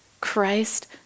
Christ